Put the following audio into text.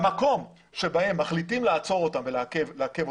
במקום בו מחליטים לעצור ולעכב אותם,